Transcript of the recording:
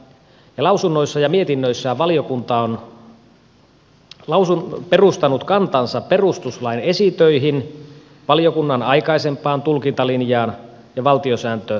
lausunnoissaan ja mietinnöissään valiokunta on perustanut kantansa perustuslain esitöihin valiokunnan aikaisempaan tulkintalinjaan ja valtiosääntöasiantuntijoihin